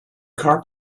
car